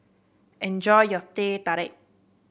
enjoy your Teh Tarik